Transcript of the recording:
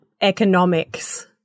economics